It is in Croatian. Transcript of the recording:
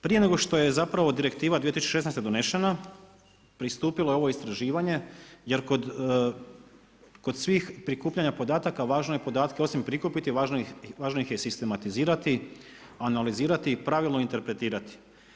Prije nego što je Direktiva 2016. donešena pristupilo je ovo istraživanje jer kod svih prikupljanja podataka važno je podatke osim prikupiti važno ih je i sistematizirati, analizirati i pravilno interpretirati.